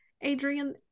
Adrian